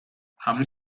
haben